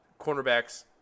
cornerbacks